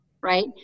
right